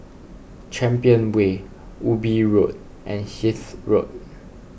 Champion Way Ubi Road and Hythe Road